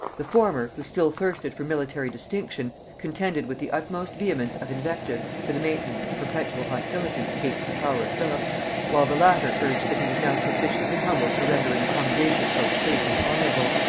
the former, who still thirsted for military distinction, contended with the utmost vehemence of invective for the maintenance of perpetual hostility against the power of philip while the latter urged, that he was now sufficiently humbled to render an accommodation both safe and honorable.